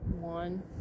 one